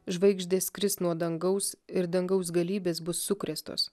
žvaigždės kris nuo dangaus ir dangaus galybės bus sukrėstos